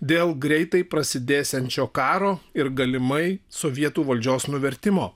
dėl greitai prasidėsiančio karo ir galimai sovietų valdžios nuvertimo